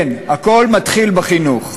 כן, הכול מתחיל בחינוך.